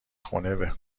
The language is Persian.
خونه